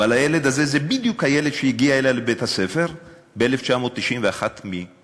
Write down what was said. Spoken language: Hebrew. אבל הילד הזה הוא בדיוק הילד שהגיע אלי לבית-הספר ב-1991 מרוסיה,